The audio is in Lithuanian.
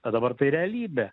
o dabar tai realybė